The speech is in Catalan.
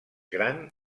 gran